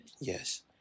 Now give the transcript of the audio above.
Yes